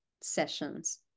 sessions